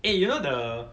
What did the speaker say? eh you know the